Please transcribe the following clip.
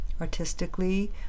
artistically